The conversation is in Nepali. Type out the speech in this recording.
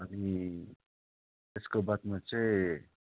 अनि त्यसको बादमा चाहिँ